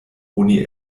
oni